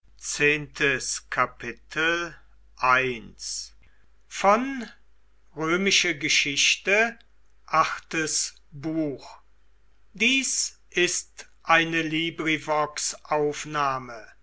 sind ist eine